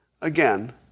again